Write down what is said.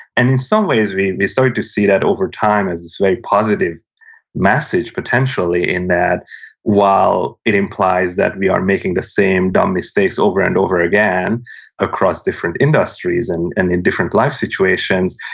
and in some ways, we we started to see that over time as this very positive message, potentially, in that while it implies that we are making the same dumb mistakes over and over again across different industries and and in different life situations,